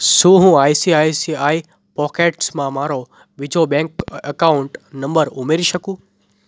શું હું આઈસીઆઈસીઆઈ પોકેટ્સમાં મારો બીજો બેંક અકાઉન્ટ નંબર ઉમેરી શકું